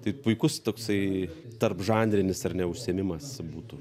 tai puikus toksai tarpžanrinis ar ne užsiėmimas būtų